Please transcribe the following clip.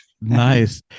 Nice